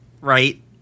right